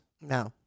No